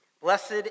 Blessed